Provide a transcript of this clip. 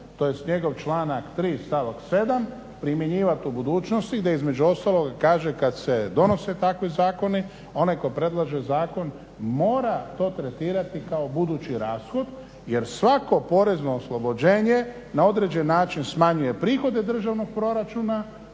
tj. njegov članak 3.stavak 7.primjenjivati u budućnosti da između ostaloga kaže kada se donose takvi zakoni onaj tko predlaže zakon mora to tretirati kao budući rashod jer svako porezno oslobođenje na određeni način smanjuje prihode državnog proračuna